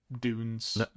Dunes